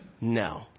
No